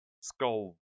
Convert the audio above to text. Skull